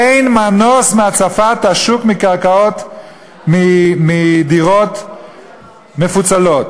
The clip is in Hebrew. אין מנוס מהצפת השוק בדירות מפוצלות,